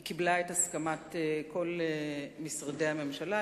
היא קיבלה את הסכמת כל משרדי הממשלה,